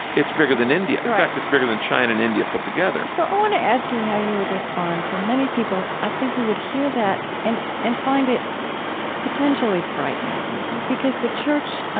it's bigger than india right in fact, it's bigger than china and india put together so i want to ask you how you would respond to many people, i think, who would hear that and and find it potentially frightening because the church,